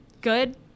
good